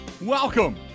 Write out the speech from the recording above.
Welcome